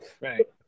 Right